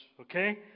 okay